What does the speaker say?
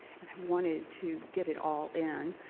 and i wanted to get it all in,